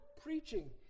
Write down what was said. preaching